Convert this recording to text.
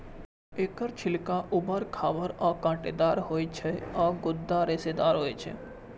एकर छिलका उबर खाबड़ आ कांटेदार होइ छै आ गूदा रेशेदार होइ छै